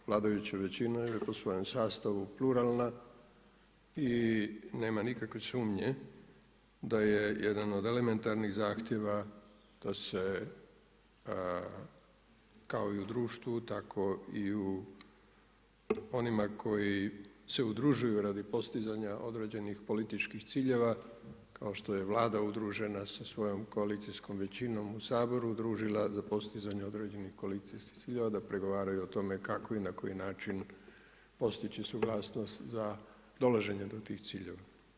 Vladajuća većina je po svojem sastavu pluralna i nema nikakve sumnje da je jedan od elementarnih zahtjeva da se kao i u društvu tako i u onima koji se udružuju radi postizanja određenih političkih ciljeva, kao što je Vlada udružena sa svojom koalicijskom većinom u Saboru udružila za postizanje određenih … pregovaraju o tome kako i na koji način postići suglasnost za dolaženje do tih ciljeva.